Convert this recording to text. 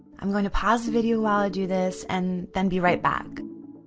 i'm going to pause the video while i do this and then be right back.